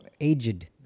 aged